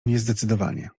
niezdecydowanie